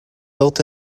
built